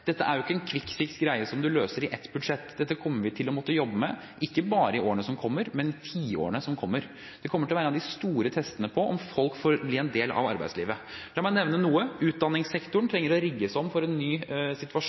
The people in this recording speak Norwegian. dette er ikke en «quick fix» som man løser i ett budsjett. Dette kommer vi til å måtte jobbe med, ikke bare i årene som kommer, men i tiårene som kommer. Det kommer til å være en av de store testene på om folk får bli en del av arbeidslivet. La meg nevne at utdanningssektoren trenger å rigges om for en ny situasjon